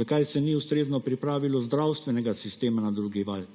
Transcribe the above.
Zakaj se ni ustrezno pripravilo zdravstvenega sistema na drugi val?